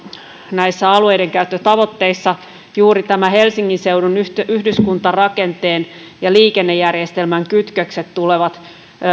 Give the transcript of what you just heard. näissä alueidenkäyttötavoitteissa juuri helsingin seudun yhdyskuntarakenteen ja liikennejärjestelmän kytkökset tulevat